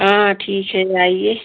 हाँ ठीक है ले आइए